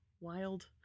Wild